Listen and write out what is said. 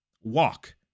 walk